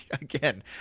again